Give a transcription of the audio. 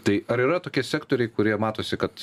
tai ar yra tokie sektoriai kurie matosi kad